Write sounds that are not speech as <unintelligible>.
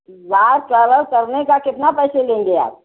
<unintelligible> करने का कितना पैसा लेंगें आप